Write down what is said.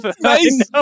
Nice